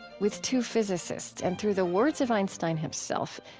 with two physicists, and through the words of einstein himself,